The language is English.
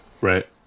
Right